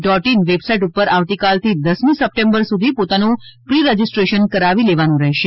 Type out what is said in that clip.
dot in web site ઉપર આવતીકાલથી દસમી સપ્ટેમ્બર સુધી પોતાનું પ્રી રજિસ્ટ્રેશન કરાવી લેવાનું રહેશે